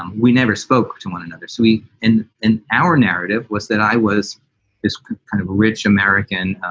and we never spoke to one another. so we in in our narrative was that i was this kind of rich american,